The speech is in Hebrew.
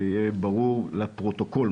שיהיה ברור לפרוטוקול,